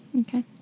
Okay